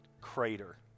crater